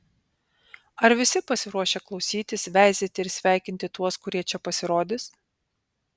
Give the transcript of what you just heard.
ar visi pasiruošę klausytis veizėti ir sveikinti tuos kurie čia pasirodys